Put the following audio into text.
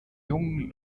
jungen